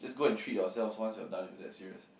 just go and treat yourself once you are done with that serious